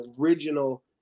original